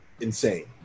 insane